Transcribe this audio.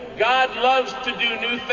god loves to do new things